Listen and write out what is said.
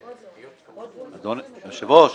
היושב-ראש?